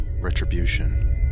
Retribution